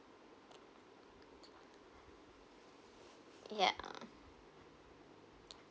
yeah